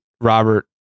Robert